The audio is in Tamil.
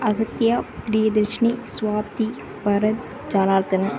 ஆதித்யா பிரியதர்ஷினி ஸ்வாதி பரத் ஜாலாள்த்தனன்